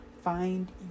find